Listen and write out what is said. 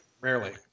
Rarely